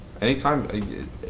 anytime